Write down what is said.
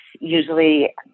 usually